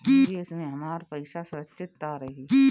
निवेश में हमार पईसा सुरक्षित त रही?